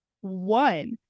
one